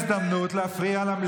רק תלמד לסתום את הפה לפעמים.